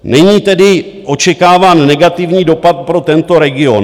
Není tedy očekáván negativní dopad pro tento region.